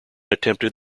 attempted